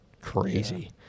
crazy